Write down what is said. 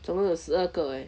总共有十二个 leh